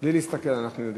בלי להסתכל אנחנו יודעים.